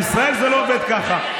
בישראל זה לא עובד ככה.